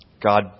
God